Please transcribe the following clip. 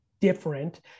different